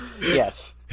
Yes